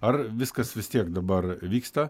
ar viskas vis tiek dabar vyksta